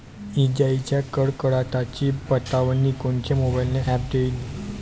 इजाइच्या कडकडाटाची बतावनी कोनचे मोबाईल ॲप देईन?